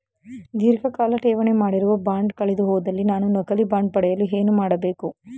ಧೀರ್ಘಕಾಲ ಠೇವಣಿ ಮಾಡಿರುವ ಬಾಂಡ್ ಕಳೆದುಹೋದಲ್ಲಿ ನಾನು ನಕಲಿ ಬಾಂಡ್ ಪಡೆಯಲು ಏನು ಮಾಡಬೇಕು?